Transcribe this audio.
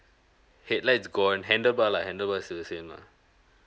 headlights gone handlebar lah handlebar is still the same lah